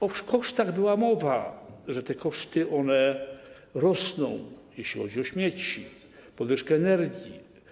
O kosztach była mowa, że te koszty rosną, jeśli chodzi o śmieci, podwyżkę energii.